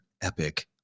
epic